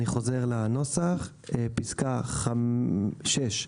בסעיף 60, פסקה (4)